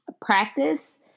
practice